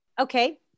Okay